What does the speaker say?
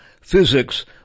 physics